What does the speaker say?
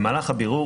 במהלך הבירור,